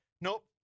nope